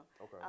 Okay